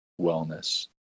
Wellness